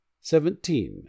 Seventeen